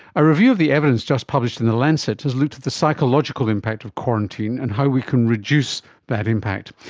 a review of the evidence just published in the lancet has looked at the psychological impact of quarantine and how we can reduce that impact.